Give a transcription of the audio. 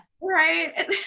Right